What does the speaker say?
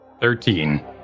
Thirteen